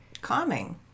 calming